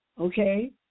okay